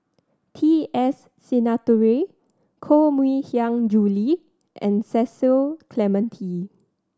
T S Sinnathuray Koh Mui Hiang Julie and Cecil Clementi